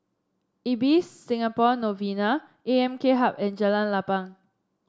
Ibis Singapore Novena AMK Hub and Jalan Lapang